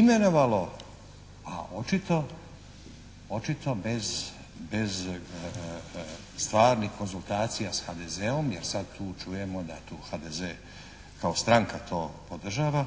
imenovalo, a očito bez stvarnih konzultacija s HDZ-om jer sad tu čujemo da tu HDZ kao stranka to podržava,